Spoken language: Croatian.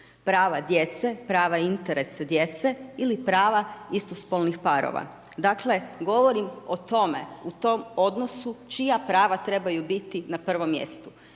prava djece, prava interesa djeca ili prava istospolnih parova. Dakle, govorimo o tome u tom odnosu čija prava trebaju biti na 1 mjestu.